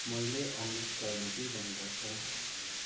मैले अमृतसरमा के गर्नु पर्छ